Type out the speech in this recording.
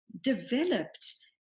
developed